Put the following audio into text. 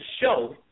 show